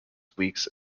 weeks